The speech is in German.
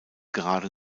gerade